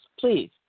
Please